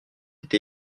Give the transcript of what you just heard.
été